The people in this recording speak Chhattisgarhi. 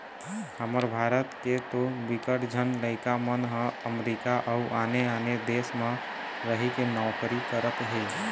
हमर भारत के तो बिकट झन लइका मन ह अमरीका अउ आने आने देस म रहिके नौकरी करत हे